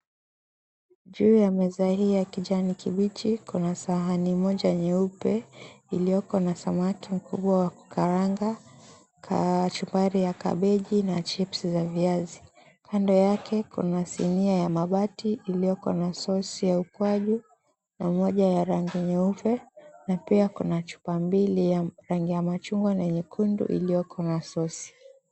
Juu ya meza hii ya kijani kibichi, kuna sahani moja nyeupe iliyoko na samaki mkubwa wa kukaranga, kachumbari ya kabeji na chipsi za viazi. Kando yake kuna sinia ya mabati iliyoko na sosi ya ukwaju na moja ya rangi nyeupe na pia kuna chupa mbili ya rangi ya machungwa na nyekundu iliyoko na sosi.